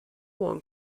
one